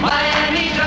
Miami